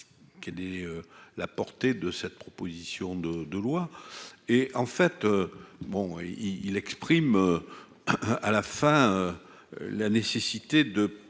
quelle est la portée de cette proposition de de loi et en fait, bon, il exprime à la fin, la nécessité de